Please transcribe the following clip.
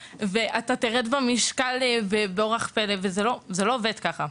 ותרד במשקל באורח פלא.״ זה לא באמת עובד ככה.